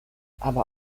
aber